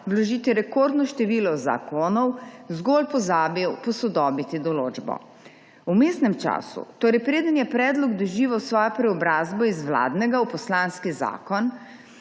vložiti rekordno število zakonov, zgolj pozabil posodobiti določbo. V vmesnem času, torej preden je predlog doživel svojo preobrazbo iz vladnega v poslanski zakon,